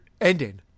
ending